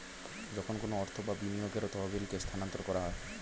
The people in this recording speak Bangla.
যখন কোনো অর্থ বা বিনিয়োগের তহবিলকে স্থানান্তর করা হয়